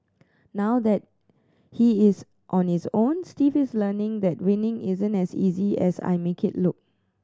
now that he is on his own Steve is learning that winning isn't as easy as I make it look